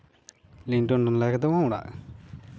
ᱞᱤᱱᱴᱚᱱ ᱰᱷᱟᱞᱟᱭ ᱠᱟᱛᱮᱫ ᱵᱚᱱ ᱚᱲᱟᱜ